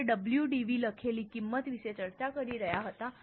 આપણે WDV લખેલી કિંમત વિશે ચર્ચા કરી રહ્યા હતા